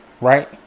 Right